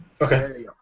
Okay